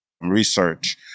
research